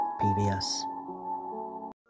PBS